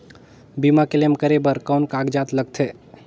बीमा क्लेम करे बर कौन कागजात लगथे?